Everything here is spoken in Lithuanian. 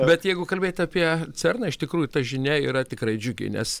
bet jeigu kalbėti apie cerną iš tikrųjų ta žinia yra tikrai džiugi nes